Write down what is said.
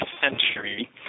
century